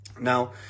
Now